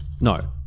No